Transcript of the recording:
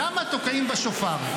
למה תוקעים בשופר?